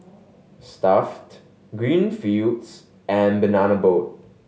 Stuff'd Greenfields and Banana Boat